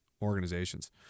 organizations